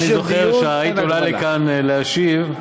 אני זוכר שהיית עולה לכאן להשיב,